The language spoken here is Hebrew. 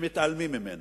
ומתעלמים ממנה,